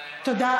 תודה.